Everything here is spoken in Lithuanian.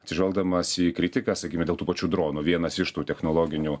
atsižvelgdamas į kritiką sakykime dėl tų pačių dronų vienas iš tų technologinių